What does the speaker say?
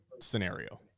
scenario